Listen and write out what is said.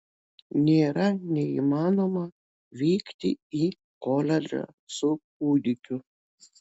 nėra neįmanoma vykti į koledžą su kūdikiu